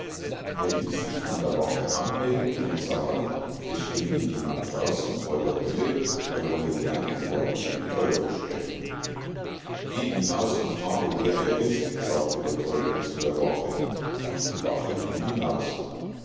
er ließ sich von der wache anmelden und sagen es stände jemand draußen vor der hölle der wolle gern ein wort mit dem teufel sprechen geh hinaus und frage wer es ist sagte der teufel zu der wache und die wache ging hinaus